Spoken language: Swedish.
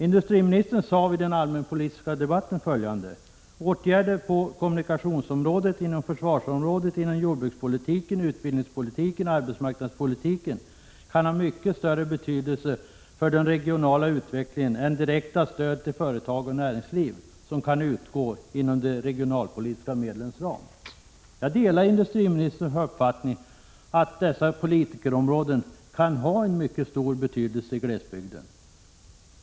Under den allmänpolitiska debatten sade industriministern följande: ”Åtgärder på kommunikationsområdet, inom försvarsområdet, inom jordbrukspolitiken, utbildningspolitiken, arbetsmarknadspolitiken kan ha mycket större betydelse för den regionala utvecklingen än direkta stöd till företag och näringsliv som kan utgå inom de regionalpolitiska medlens ram.” Jag delar industriministerns uppfattning att dessa politikområden kan ha en mycket stor betydelse i glesbygden.